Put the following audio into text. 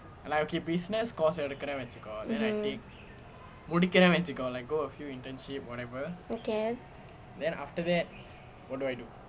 mmhmm okay